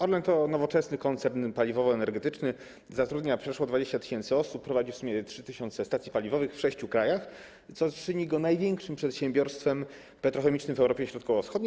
Orlen to nowoczesny koncern paliwowo-energetyczny, zatrudnia przeszło 20 tys. osób, prowadzi w sumie 3 tys. stacji paliwowych w sześciu krajach, co czyni go największym przedsiębiorstwem petrochemicznym w Europie Środkowo-Wschodniej.